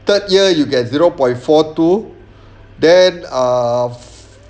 third year you get zero point four two then ah